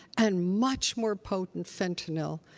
and much more potent fentanyl.